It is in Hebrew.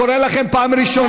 אני קורא אתכן לסדר פעם ראשונה,